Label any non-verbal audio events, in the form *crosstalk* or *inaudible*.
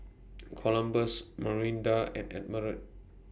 *noise* Columbus Marinda and Emerald